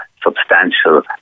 substantial